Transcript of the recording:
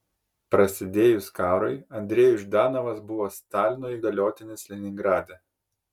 prasidėjus karui andrejus ždanovas buvo stalino įgaliotinis leningrade